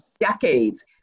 decades